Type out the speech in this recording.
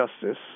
justice